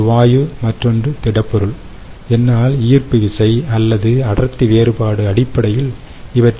ஒன்று வாயு மற்றொன்று திடப்பொருள் என்னால் ஈர்ப்பு விசை அல்லது அடர்த்தி வேறுபாடுஅடிப்படையில் இவற்றை எளிதாக பிரிக்க முடியும்